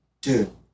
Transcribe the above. dude